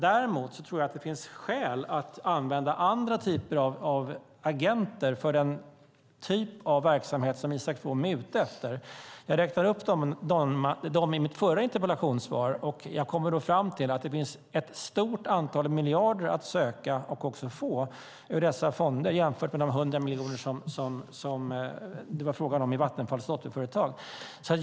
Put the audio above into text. Däremot tror jag att det finns skäl att använda andra typer av agenter för den typ av verksamhet som Isak From är ute efter. Jag räknade upp dem i mitt förra inlägg. Jag kommer då fram till att det finns ett stort antal miljarder att söka och också få ur dessa fonder jämfört med de 100 miljoner som det var fråga om i Vattenfalls dotterföretag.